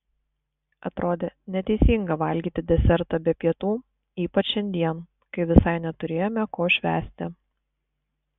atrodė neteisinga valgyti desertą be pietų ypač šiandien kai visai neturėjome ko švęsti